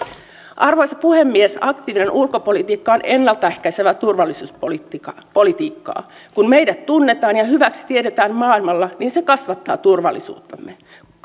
arvoisa puhemies aktiivinen ulkopolitiikka on ennalta ehkäisevää turvallisuuspolitiikkaa kun meidät tunnetaan ja hyväksi tiedetään maailmalla niin se kasvattaa turvallisuuttamme